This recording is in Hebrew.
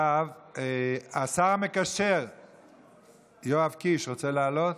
השר המקשר יואב קיש, רוצה לעלות?